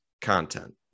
content